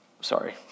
Sorry